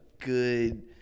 good